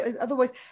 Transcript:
otherwise